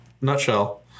nutshell